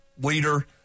leader